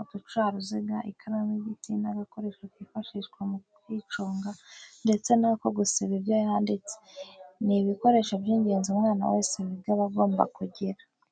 uducaruziga, ikaramu y'igiti n'agakoresho kifashishwa mu kuyiconga ndetse n'ako gusiba ibyo yanditse, ni ibikoresho by'ingenzi umwana wese wiga aba agomba kugira.